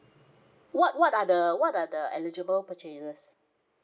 what what are the what are the eligible purchases